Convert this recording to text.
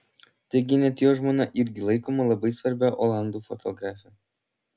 taigi net jo žmona irgi laikoma labai svarbia olandų fotografe